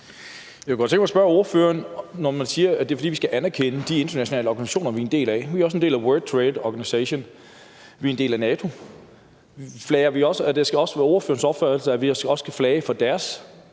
Jeg kunne godt tænke mig at spørge ordføreren til, at man siger, at det er, fordi vi skal anerkende de internationale organisationer, vi er en del af. Vi er også en del af World Trade Organization, vi er en del af NATO. Er det også ordførerens opfattelse, at vi også skal flage for deres